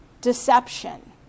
deception